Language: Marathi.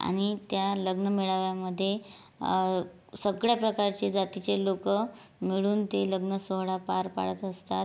आणि त्या लग्न मेळाव्यामध्ये सगळ्या प्रकारचे जातीचे लोक मिळून ते लग्न सोहळा पार पाडत असतात